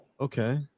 okay